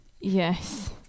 yes